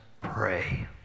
pray